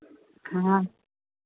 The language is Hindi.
हाँ